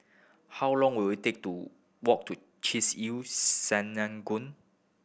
how long will it take to walk to Chesed El Synagogue